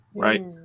Right